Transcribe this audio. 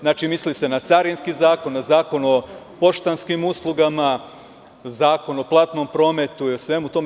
Znači, misli se na Carinski zakon, na Zakon o poštanskim uslugama, Zakon o platnom prometu i o svemu tome.